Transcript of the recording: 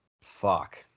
fuck